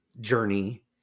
journey